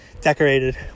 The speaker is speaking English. decorated